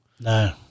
No